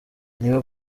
niba